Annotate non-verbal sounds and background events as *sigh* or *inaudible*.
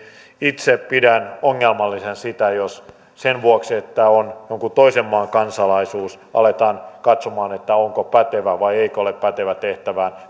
itse pidän ongelmallisena jos sen perusteella että on jonkun toisen maan kansalaisuus aletaan katsomaan onko pätevä vai eikö ole pätevä tehtävään *unintelligible*